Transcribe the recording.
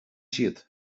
siad